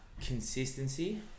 consistency